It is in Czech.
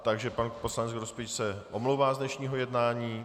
Takže pan poslanec Grospič se omlouvá z dnešního jednání.